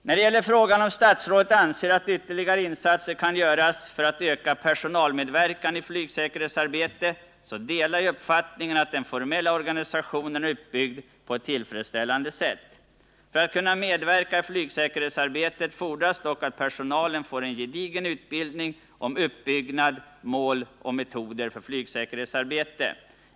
När det gäller frågan om statsrådet anser att ytterligare insatser kan göras för att öka personalmedverkan i flygsäkerhetsarbetet, så delar jag uppfattningen att den formella organisationen är uppbyggd på ett tillfredsställande sätt. För att personalen skall kunna medverka i flygsäkerhetsarbetet fordras dock att personalen får en gedigen utbildning om uppbyggnad, mål och metoder för flygsäkerhetsarbetet.